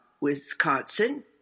Wisconsin